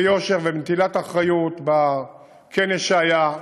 ביושר ובנטילת אחריות בכנס שהיה,